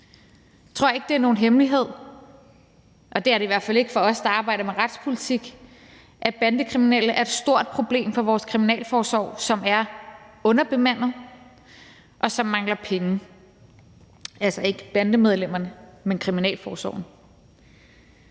Jeg tror ikke, det er nogen hemmelighed, og det er det i hvert fald ikke for os, der arbejder med retspolitik, at bandekriminelle er et stort problem for vores kriminalforsorg, som er underbemandet, og som mangler penge – altså ikke bandemedlemmerne, men kriminalforsorgen.